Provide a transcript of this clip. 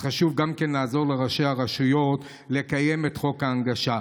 חשוב לעזור לראשי הרשויות לקיים את חוק ההנגשה.